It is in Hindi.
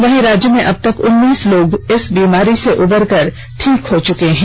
वहीं राज्य में अब तक उन्नीस लोग इस बीमारी से उबर कर ठीक हो चुके हैं